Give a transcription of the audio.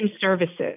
services